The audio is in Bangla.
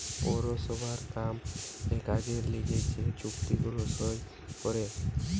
পৌরসভার কাম কাজের লিগে যে চুক্তি গুলা সই করে